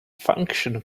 function